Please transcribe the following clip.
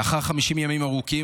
לאחר 50 ימים ארוכים,